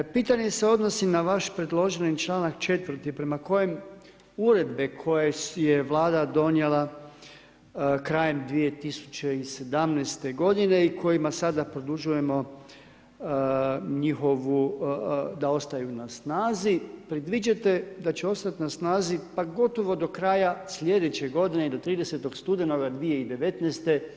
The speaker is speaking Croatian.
Pitanje se odnosi na vaš predloženi čl. 4. prema kojem uredbe je Vlada donijela krajem 2017. godine i kojima sada produžujemo njihovu da ostaju na snazi, predviđate da će ostati na snazi pa gotovo do kraja slijedeće godine, do 30. studenog 2019.